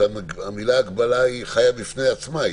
המילה הגבלה חיה בפני עצמה,